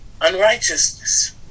unrighteousness